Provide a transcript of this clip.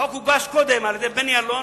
החוק הוגש קודם על-ידי בני אלון,